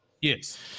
Yes